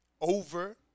over